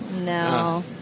No